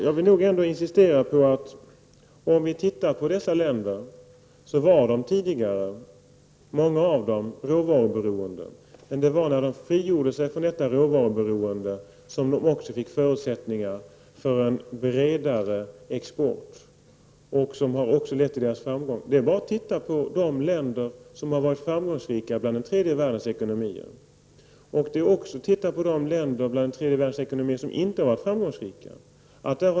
Jag vill nog ändå insistera på att många av dessa länder var tidigare råvaruberoende. Det var när de frigjorde sig från detta råvaruberoende som de också fick förutsättningar för en bredare export. Det har också lett till deras framgång. Det är bara att studera de länder som har varit framgångsrika bland tredje världens ekonomier. Man kan också studera de länder bland tredje världens ekonomier som inte har varit framgångsrika.